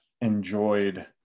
enjoyed